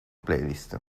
playlist